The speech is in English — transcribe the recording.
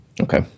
Okay